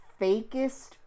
fakest